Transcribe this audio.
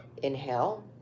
Inhale